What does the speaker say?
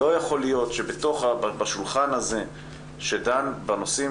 לא יכול להיות שבשולחן הזה שדן בנושאים,